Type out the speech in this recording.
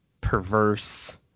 perverse